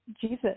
Jesus